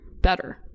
better